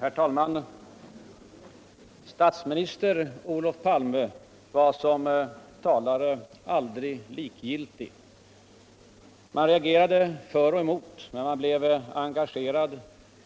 Herr talman! Statsminister Ölof Palme var som talare aldrig likgillig. Man reagerade för och emot. men man blev engagerad